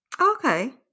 Okay